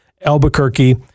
Albuquerque